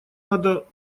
надо